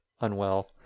unwell